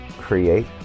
create